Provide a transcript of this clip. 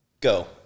go